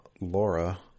Laura